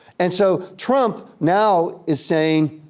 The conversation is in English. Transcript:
and so, trump now is saying,